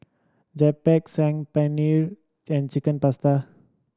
Japchae Saag Paneer and Chicken Pasta